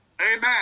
Amen